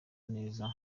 neza